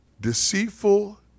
Deceitful